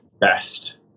best